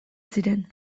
ziren